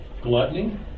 gluttony